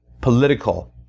political